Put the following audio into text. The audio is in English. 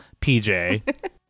PJ